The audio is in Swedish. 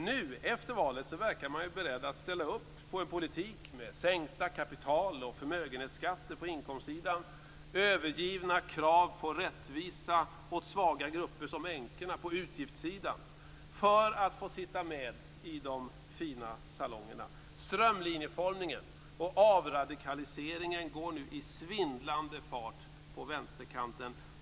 Nu, efter valet, verkar man beredd att ställa upp på en politik med sänkta kapital och förmögenhetsskatter på inkomstsidan och övergivna krav på rättvisa åt svaga grupper som änkorna på utgiftssidan för att få sitta med i de fina salongerna. Strömlinjeformningen och avradikaliseringen går nu i en svindlande fart på vänsterkanten.